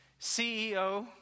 CEO